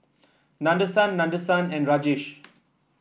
Nadesan Nadesan and Rajesh